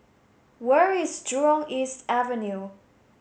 where is Jurong East Avenue